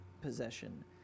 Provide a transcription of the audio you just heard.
possession